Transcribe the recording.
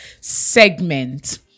segment